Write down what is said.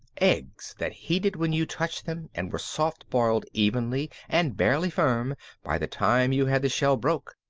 eggs that heated when you touched them and were soft-boiled evenly and barely firm by the time you had the shell broke.